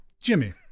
Jimmy